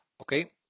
Okay